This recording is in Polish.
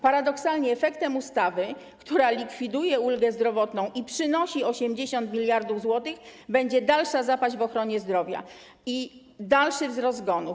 Paradoksalnie efektem ustawy, która likwiduje ulgę zdrowotną i przynosi 80 mld zł, będzie dalsza zapaść w ochronie zdrowia i dalszy wzrost liczby zgonów.